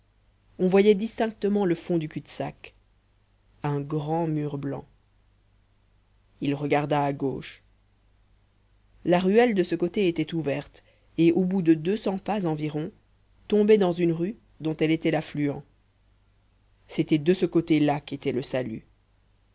on voyait distinctement le fond du cul-de-sac un grand mur blanc il regarda à gauche la ruelle de ce côté était ouverte et au bout de deux cents pas environ tombait dans une rue dont elle était l'affluent c'était de ce côté-là qu'était le salut